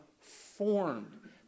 formed